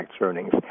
earnings